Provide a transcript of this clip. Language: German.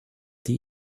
die